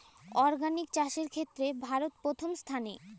organic চাষের ক্ষেত্রে ভারত প্রথম স্থানে